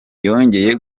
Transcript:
yongeye